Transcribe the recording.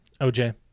OJ